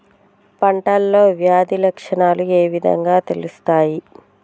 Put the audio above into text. పంటలో వ్యాధి లక్షణాలు ఏ విధంగా తెలుస్తయి?